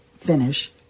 finish